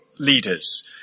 leaders